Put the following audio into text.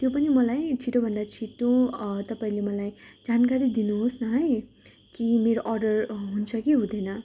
त्यो पनि मलाई छिटोभन्दा छिटो तपाईँले मलाई जानकारी दिनुहोस् न है कि मेरो अर्डर हुन्छ कि हुँदैन